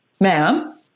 Ma'am